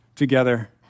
together